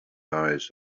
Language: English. eyes